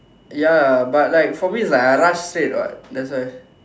ya but like for me is like I rush straight what that's why